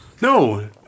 No